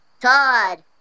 Todd